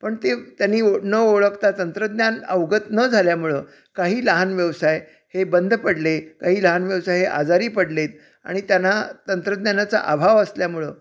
पण ते त्यांनी ओ न ओळखता तंत्रज्ञान अवगत न झाल्यामुळं काही लहान व्यवसाय हे बंद पडले काही लहान व्यवसाय हे आजारी पडलेत आणि त्यांना तंत्रज्ञानाचा अभाव असल्यामुळं